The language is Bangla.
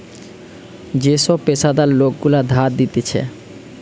যে সব পেশাদার লোক গুলা ধার দিতেছে